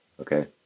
okay